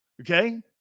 Okay